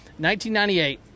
1998